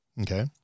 Okay